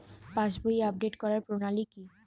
পাসবই update করার প্রণালী কি?